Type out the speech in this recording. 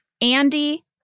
Andy